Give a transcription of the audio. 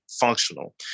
functional